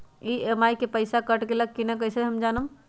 EMI के पईसा कट गेलक कि ना कइसे हम जानब?